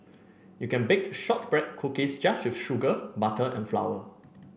you can baked shortbread cookies just with sugar butter and flour